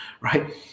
right